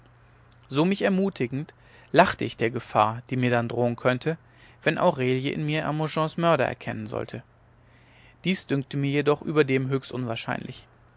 so mich ermutigend lachte ich der gefahr die mir dann drohen könnte wenn aurelie in mir hermogens mörder erkennen sollte dies dünkte mir jedoch überdem höchst unwahrscheinlich